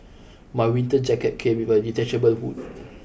my winter jacket came with a detachable hood